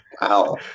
Wow